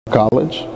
college